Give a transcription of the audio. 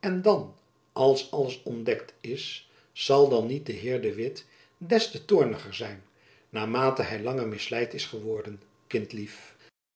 en dan als alles ontdekt is zal dan niet de heer de witt des te toorniger zijn naarmate hy langer misleid is geworden